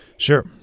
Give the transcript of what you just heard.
Sure